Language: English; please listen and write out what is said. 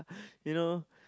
you know